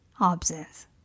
absence